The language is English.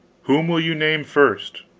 whom will you name first?